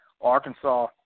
Arkansas